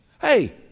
Hey